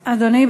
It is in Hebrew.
אדוני,